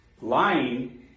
Lying